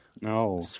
No